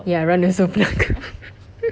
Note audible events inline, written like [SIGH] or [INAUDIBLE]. ya run also back [LAUGHS]